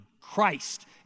Christ